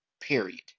period